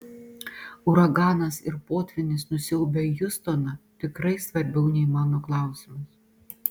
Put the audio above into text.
uraganas ir potvynis nusiaubę hjustoną tikrai svarbiau nei mano klausimas